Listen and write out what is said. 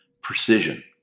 Precision